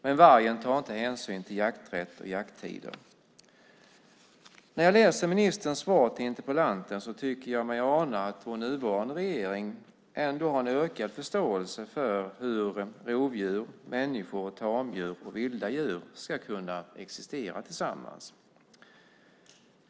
Men vargen tar inte hänsyn till jakträtt och jakttider. När jag läste ministerns svar till interpellanten tycker jag mig ana att vår nuvarande regering ändå har en ökad förståelse för hur rovdjur, människor, tamdjur och vilda djur ska kunna existera tillsammans.